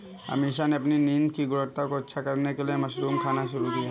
अमीषा ने अपनी नींद की गुणवत्ता को अच्छा करने के लिए मशरूम खाना शुरू किया